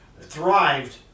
thrived